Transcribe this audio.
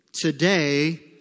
Today